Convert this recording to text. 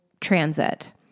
transit